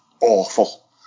awful